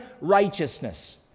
righteousness